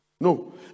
No